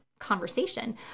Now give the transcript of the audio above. conversation